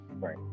Right